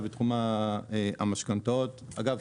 אגב,